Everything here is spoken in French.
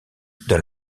dans